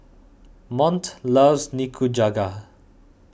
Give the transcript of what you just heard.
Mont loves Nikujaga